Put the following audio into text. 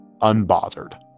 unbothered